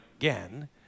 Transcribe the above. again